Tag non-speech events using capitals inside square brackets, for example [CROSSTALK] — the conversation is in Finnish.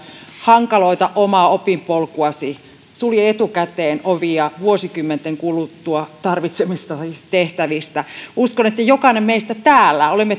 hankaloita omaa opinpolkuasi sulje etukäteen ovia vuosikymmenten kuluttua tarvitsemistasi tehtävistä uskon että jokainen meistä täällä olemme [UNINTELLIGIBLE]